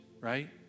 right